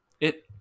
it-